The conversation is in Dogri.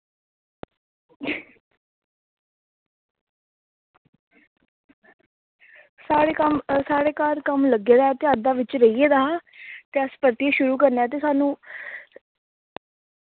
साढ़े घर कम्म लग्गे दा ते अद्धा बिच रेही गेदा ते असें परतियै शुरू करना ते स्हानू